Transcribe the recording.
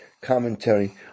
commentary